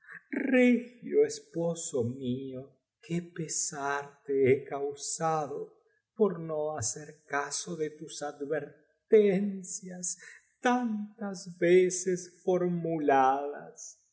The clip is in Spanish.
regio esposo mio qué pesar te he causado por no hacer caso de tus advertencias tantas veces formuladas